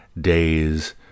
days